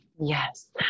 Yes